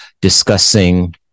discussing